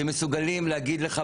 שמסוגלים להגיד לך,